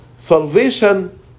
Salvation